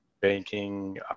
banking